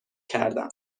کردم